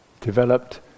Developed